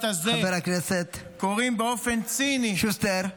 הזה קוראים באופן ציני -- חבר הכנסת שוסטר,